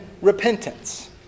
repentance